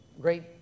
great